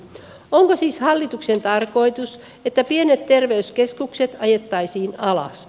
onko siis hallituksen tarkoitus että pienet terveyskeskukset ajettaisiin alas